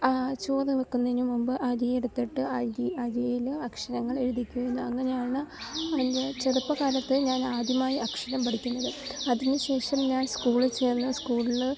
ചോറ് വയ്ക്കുന്നതിന് മുമ്പ് അരി എടുത്തിട്ട് അരി അരിയിൽ അക്ഷരങ്ങൾ എഴുതിക്കുന്നു അങ്ങനെയാണ് എൻ്റെ ചെറുപ്പ കാലത്ത് ഞാൻ ആദ്യമായി അക്ഷരം പഠിക്കുന്നത് അതിന് ശേഷം ഞാൻ സ്കൂളിൽ ചേർന്ന് സ്കൂളിൽ